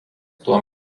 tuo